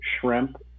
shrimp